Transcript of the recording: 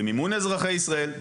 במימון אזרחי ישראל,